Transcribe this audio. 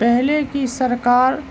پہلے کی سرکار